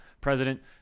president